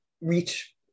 reach